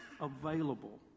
available